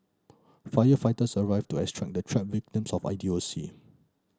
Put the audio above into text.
firefighters arrived to extract the trapped victims of idiocy